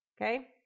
okay